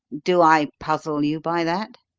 do i puzzle you by that?